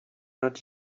not